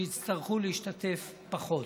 שיצטרכו להשתתף פחות.